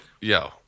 yo